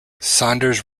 saunders